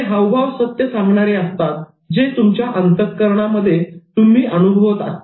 ते हावभाव सत्य सांगणारे असतात जे तुमच्या अंतकरणामध्ये तुम्ही अनुभवत असता